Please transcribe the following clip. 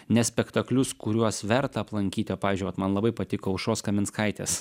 ne spektaklius kuriuos verta aplankyti o pavyzdžiui va man labai patiko aušros kaminskaitės